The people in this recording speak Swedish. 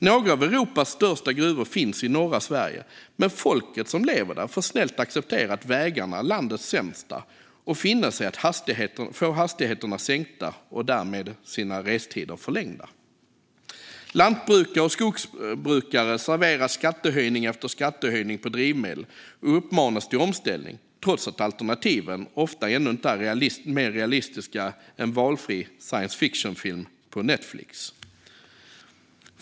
Några av Europas största gruvor finns i norra Sverige, men folket som lever där får snällt acceptera att vägarna är landets sämsta och finna sig i att få hastigheterna sänkta och därmed sina restider förlängda. Lantbrukare och skogsbrukare serveras skattehöjning efter skattehöjning på drivmedel och uppmanas till omställning trots att alternativen ofta ännu inte är mer realistiska än i valfri science fiction-film på Netflix.